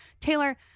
Taylor